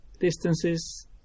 distances